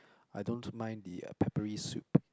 I don't mind the uh peppery soup